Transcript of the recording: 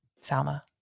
Salma